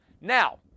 Now